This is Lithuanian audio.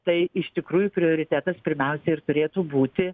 tai iš tikrųjų prioritetas pirmiausiai ir turėtų būti